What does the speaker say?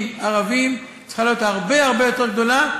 ערביים צריכה להיות הרבה הרבה יותר גדולה,